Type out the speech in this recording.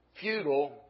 futile